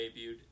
debuted